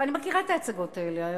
אני מכירה את ההצגות האלה,